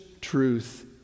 truth